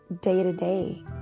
day-to-day